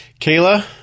Kayla